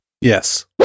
Yes